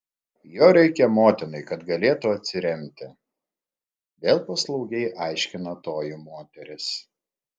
jo reikia motinai kad galėtų atsiremti vėl paslaugiai aiškina toji moteris